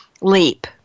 leap